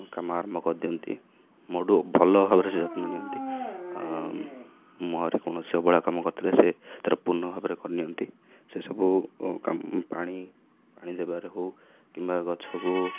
କାମ ଆରମ୍ଭ କରିଦିଅନ୍ତି ମୋଠୁ ଭଲ ଭାବରେ ସେ ଯତ୍ନ ନିଅନ୍ତି ମୁଁ ଆହୁରି କୌଣସି ଅବହେଳା କାମ କରିଥିଲେ ସେ ତାର ପୂର୍ଣ୍ଣ ଭାବରେ କରି ନିଅନ୍ତି ସେସବୁ ପାଣି ପାଣି ଦେବାରେ ହଉ କିମ୍ବା ଗଛକୁ